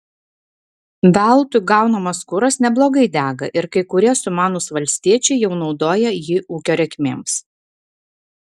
veltui gaunamas kuras neblogai dega ir kai kurie sumanūs valstiečiai jau naudoja jį ūkio reikmėms